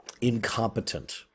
incompetent